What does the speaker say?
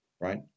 right